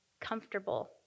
comfortable